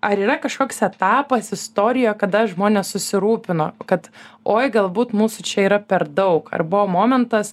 ar yra kažkoks etapas istorijoje kada žmonės susirūpino kad oi galbūt mūsų čia yra per daug ar buvo momentas